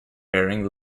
varying